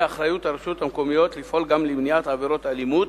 אחריות הרשויות המקומיות לפעול גם למניעת עבירות אלימות